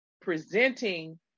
presenting